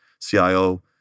CIO